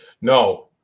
No